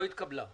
לא התקבלה.